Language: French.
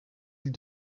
îles